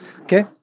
Okay